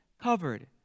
covered